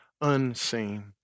unseen